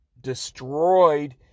destroyed